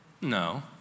No